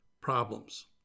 problems